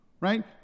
Right